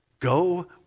Go